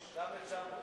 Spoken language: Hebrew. בבקשה.